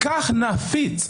לפחות,